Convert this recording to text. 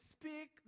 speak